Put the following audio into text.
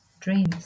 dreams